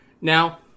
Now